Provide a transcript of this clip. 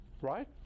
right